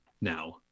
now